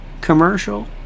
commercial